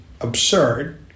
absurd